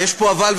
ויש פה אבל,